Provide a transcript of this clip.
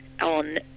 on